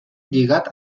lligat